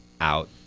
Out